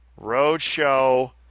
Roadshow